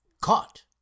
Caught